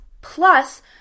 Plus